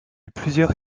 plusieurs